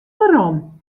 werom